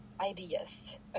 ideas